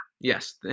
Yes